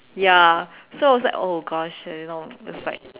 ya so I was like oh gosh you know it's like